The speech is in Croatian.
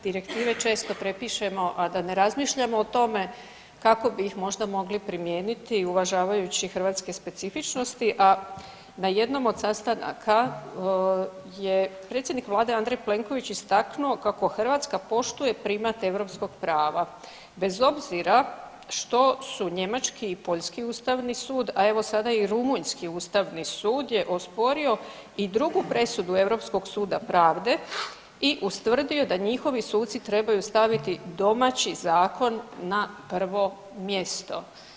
Direktive često prepišemo a da ne razmišljamo o tome kako bi ih možda mogli primijeniti uvažavajući hrvatske specifičnosti a na jednom od sastanaka je predsjednik Vlade Andrej Plenković istaknuo kako Hrvatska poštuje primat europskog prava bez obzira što su njemački i poljski Ustavni sud, a evo sada i rumunjski Ustavni sud je osporio i drugu presudu Europskog suda pravde i ustvrdio da njihovi suci trebaju staviti domaći zakon na prvo mjesto.